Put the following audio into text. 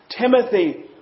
Timothy